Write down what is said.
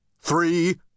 three